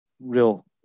real